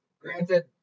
Granted